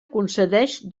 concedeix